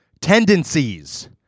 tendencies